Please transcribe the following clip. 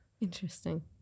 Interesting